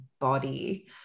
body